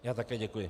Já také děkuji.